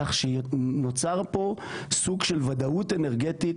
כך שנוצר פה סוג של ודאות אנרגטית,